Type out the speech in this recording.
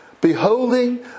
beholding